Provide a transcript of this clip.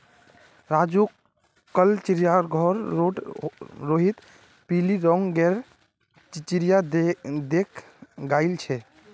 राजू कल चिड़ियाघर रोड रोहित पिली रंग गेर चिरया देख याईल छे